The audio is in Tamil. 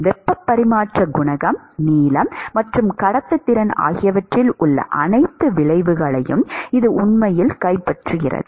வெப்ப பரிமாற்ற குணகம் நீளம் மற்றும் கடத்துத்திறன் ஆகியவற்றில் உள்ள அனைத்து விளைவுகளையும் இது உண்மையில் கைப்பற்றுகிறது